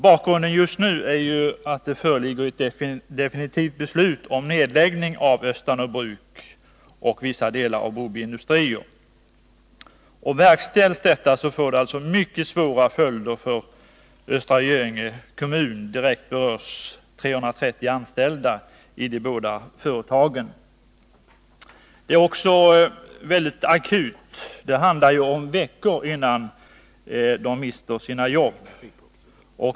Bakgrunden till min fråga är att det nu föreligger ett definitivt beslut om det beslutet får det mycket svåra följder för Östra Göinge kommun. Direkt berörs 330 anställda i de båda företagen. Problemet är också akut; det handlar om veckor tills de anställda mister sina jobb.